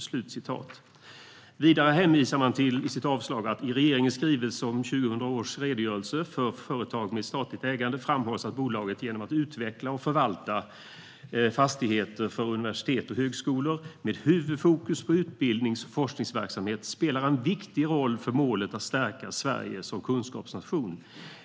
Kunskap i samverkan - för samhällets utma-ningar och stärkt konkurrenskraft Vidare hänvisar man i sitt avslag till att i regeringen skrivelse om 2016 års redogörelse för företag med statligt ägande framhålls att bolaget genom att utveckla och förvalta fastigheter för universitet och högskolor med huvudfokus på utbildnings och forskningsverksamhet spelar en viktig roll för målet att stärka Sverige som kunskapsnation.